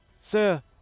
Sir